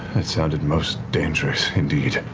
it sounded most dangerous indeed.